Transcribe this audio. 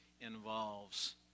involves